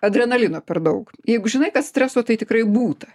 adrenalino per daug jeigu žinai kad streso tai tikrai būta